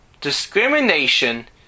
Discrimination